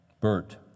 Bert